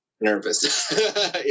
nervous